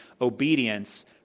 obedience